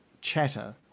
chatter